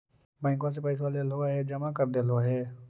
बैंकवा से पैसवा लेलहो है जमा कर देलहो हे?